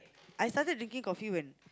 I started drinking coffee when